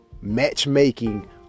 matchmaking